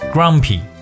Grumpy